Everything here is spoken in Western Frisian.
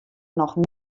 noch